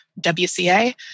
WCA